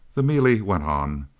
the melee went on.